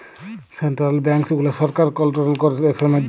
central banks গুলা সরকার control ক্যরে দ্যাশের ম্যধে